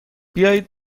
بیایید